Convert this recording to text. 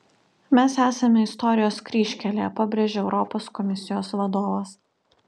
mes esame istorijos kryžkelėje pabrėžė europos komisijos vadovas